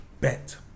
bet